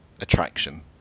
attraction